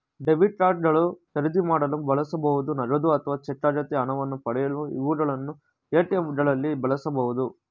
debit card ಗಳು ಖರೀದಿ ಮಾಡಲು ಬಳಸಬಹುದು ನಗದು ಅಥವಾ ಚೆಕ್ ಅಗತ್ಯ ಹಣವನ್ನು ಪಡೆಯಲು ಇವುಗಳನ್ನು ಎ.ಟಿ.ಎಂ ಗಳಲ್ಲಿ ಬಳಸಬಹುದು